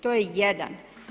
To je jedan.